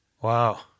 Wow